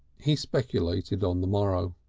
he speculated on the morrow.